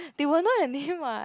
they will know your name what